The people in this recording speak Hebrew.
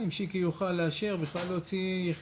צריך צינור אחד מאשדוד וכל מיני תגבורות שצריכות